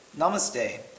Namaste